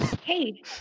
Hey